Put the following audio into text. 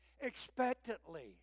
expectantly